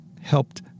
helped